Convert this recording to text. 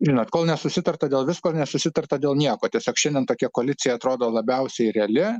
žinot kol nesusitarta dėl visko nesusitarta dėl nieko tiesiog šiandien tokia koalicija atrodo labiausiai reali